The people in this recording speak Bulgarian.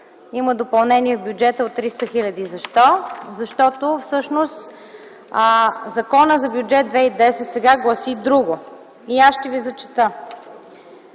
има допълнение в бюджета от 300 хиляди. Защо? Защото всъщност Законът за Бюджет 2010 сега гласи друго и аз ще ви прочета